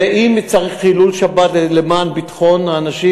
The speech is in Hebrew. ואם צריך חילול שבת למען ביטחון האנשים,